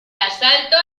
asalto